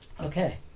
Okay